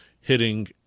hitting